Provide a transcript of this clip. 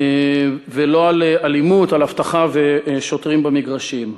ולא על אלימות, על אבטחה ועל שוטרים במגרשים.